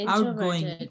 Outgoing